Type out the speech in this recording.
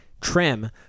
trim